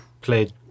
played